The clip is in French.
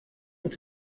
ont